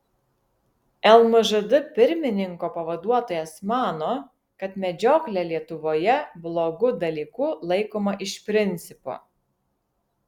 lmžd pirmininko pavaduotojas mano kad medžioklė lietuvoje blogu dalyku laikoma iš principo